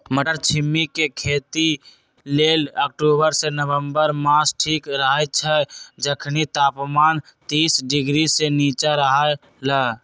मट्टरछिमि के खेती लेल अक्टूबर से नवंबर मास ठीक रहैछइ जखनी तापमान तीस डिग्री से नीचा रहलइ